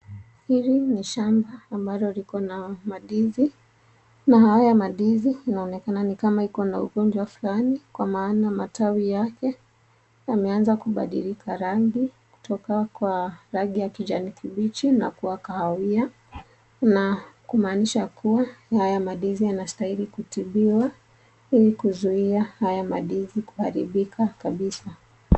Ndizi imeweza kumwagiliwa kwenye kwenye kwenye kwenye pia kuna zingine ambazo ziko kwenye crate inayosaidia kutoa ama kuweka ndani ya chumba.